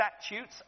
statutes